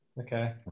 okay